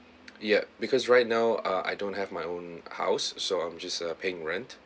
yup because right now ah I don't have my own house so I'm just uh paying rent